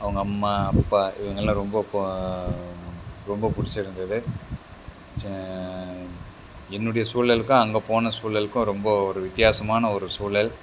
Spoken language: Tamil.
அவங்க அம்மா அப்பா இவங்கள்லாம் ரொம்ப ரொம்ப பிடிச்சிருந்தது என்னுடைய சூழலுக்கும் அங்கே போன சூழலுக்கும் ரொம்ப ஒரு வித்தியாசமான ஒரு சூழல்